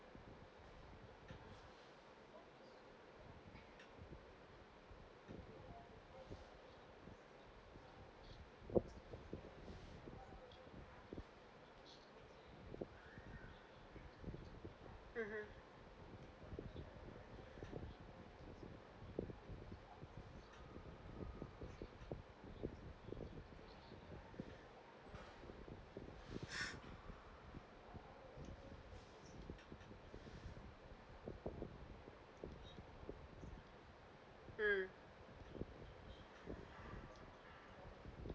mmhmm mm